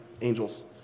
angels